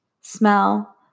smell